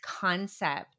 concept